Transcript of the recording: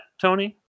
Tony